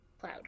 cloud